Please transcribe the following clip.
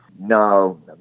No